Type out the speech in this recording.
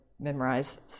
memorize